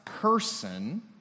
person